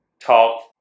talk